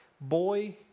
Boy